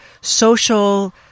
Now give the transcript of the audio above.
social